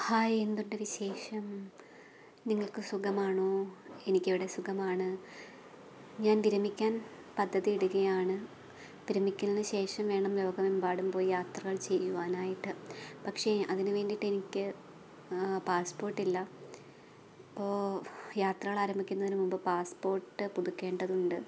hi എന്തുണ്ട് വിശേഷം നിങ്ങൾക്കു സുഖമാണോ എനിക്കിവിടെ സുഖമാണ് ഞാൻ വിരമിക്കാൻ പദ്ധതി ഇടുകയാണ് വിരമിക്കലിനു ശേഷം വേണം ലോകമെമ്പാടും പോയി യാത്രകൾ ചെയ്യുവാൻ ആയിട്ട് പക്ഷേ അതിനു വേണ്ടിയിട്ടെനിക്ക് പാസ്പോർട്ടില്ല അപ്പോൾ യാത്രകളാരംഭിക്കുന്നതിനു മുൻപു പാസ്പോർട്ട് പുതുക്കേണ്ടതുണ്ട്